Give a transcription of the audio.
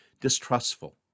distrustful